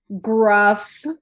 gruff